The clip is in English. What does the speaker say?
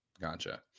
Gotcha